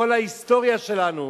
כל ההיסטוריה שלנו,